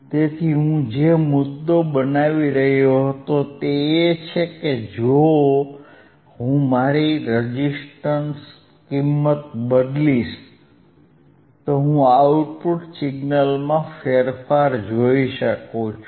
તેથી હું જે મુદ્દો બનાવી રહ્યો હતો તે એ છે કે જો હું મારી રેઝીસ્ટંસ કિંમત બદલીશ તો હું આઉટપુટ સિગ્નલમાં ફેરફાર જોઈ શકું છું